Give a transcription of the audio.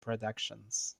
productions